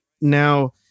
Now